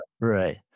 Right